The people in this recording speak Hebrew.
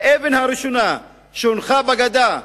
האבן הראשונה שהונחה בגדה,